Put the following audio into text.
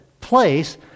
place